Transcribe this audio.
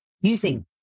using